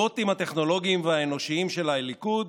הבוטים הטכנולוגיים והאנושיים של הליכוד